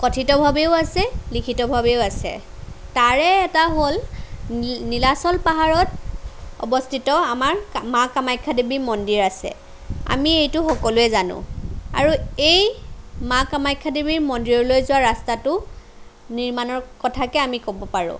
কথিতভাৱেও আছে লিখিতভাৱেও আছে তাৰে এটা হ'ল নীলাচল পাহাৰত অৱস্থিত আমাৰ মা কামাখ্যাদেৱী মন্দিৰ আছে আমি এইটো সকলোৱে জানোঁ আৰু এই মা কামাখ্যাদেৱীৰ মন্দিৰলৈ যোৱা ৰাস্তাটো নিৰ্মাণৰ কথাকে আমি ক'ব পাৰোঁ